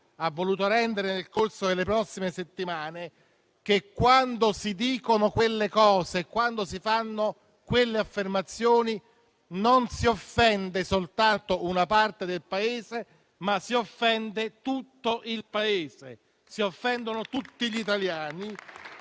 ha voluto rendere nel corso delle scorse settimane: quando si dicono quelle cose e quando si fanno quelle affermazioni, non si offende soltanto una parte del Paese, ma si offende tutto il Paese, si offendono tutti gli italiani.